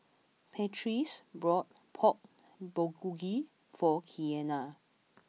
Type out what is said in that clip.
Beatrice bought Pork Bulgogi for Keanna